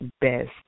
best